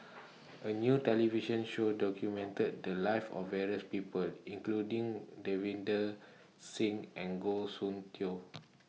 A New television Show documented The Lives of various People including Davinder Singh and Goh Soon Tioe